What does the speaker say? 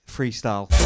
Freestyle